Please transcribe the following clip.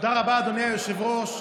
תודה רבה, אדוני היושב-ראש.